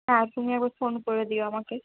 হ্যাঁ তুমি একবার ফোন করে দিও আমাকে